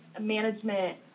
management